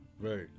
Right